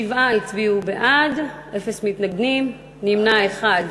שבעה הצביעו בעד, אפס מתנגדים, נמנע אחד.